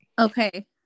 Okay